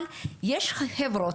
אבל יש חברות,